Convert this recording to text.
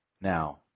Now